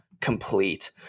complete